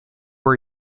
are